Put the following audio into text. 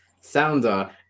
Sounder